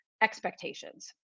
expectations